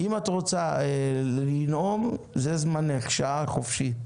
אם את רוצה לנאום, זה זמנך, שעה חופשי.